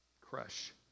crush